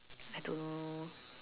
I don't know